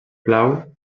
blau